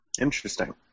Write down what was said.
Interesting